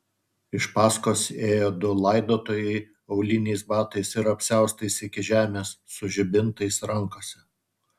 iš paskos ėjo du laidotojai auliniais batais ir apsiaustais iki žemės su žibintais rankose